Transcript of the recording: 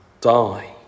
die